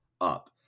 up